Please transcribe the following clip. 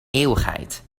eeuwigheid